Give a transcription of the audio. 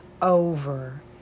over